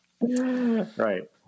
Right